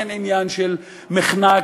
אין עניין של מחנק